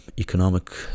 Economic